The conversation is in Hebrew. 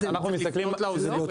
אנחנו אותו על אותו